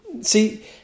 see